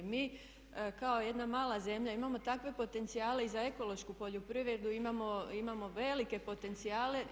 Mi kao jedna mala zemlja imamo takve potencijale i za ekološku poljoprivredu imamo velike potencijale.